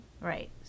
Right